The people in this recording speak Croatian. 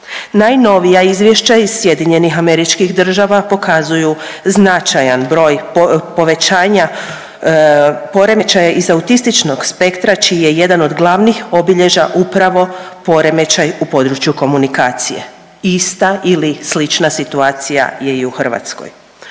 Najnovija izvješća iz SAD-a pokazuju značajan broj povećanja poremećaja iz autističnog spektra čiji je jedan od glavnih obilježja upravo poremećaj u području komunikacije ista ili slična situacija je i u Hrvatskoj.